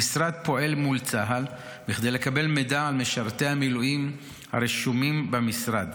המשרד פועל מול צה"ל כדי לקבל מידע על משרתי המילואים הרשומים במשרד.